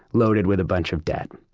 loaded with a bunch of debt.